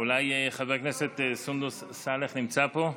חברת הכנסת סונדוס סאלח נמצאת פה?